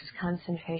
concentration